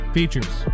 Features